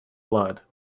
blood